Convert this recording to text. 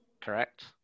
Correct